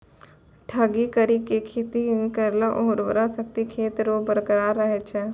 ढकी करी के खेती करला उर्वरा शक्ति खेत रो बरकरार रहे छै